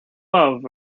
love